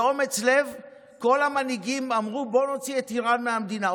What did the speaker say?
באומץ לב כל המנהיגים אמרו: בואו נוציא את איראן מהמדינה,